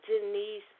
Denise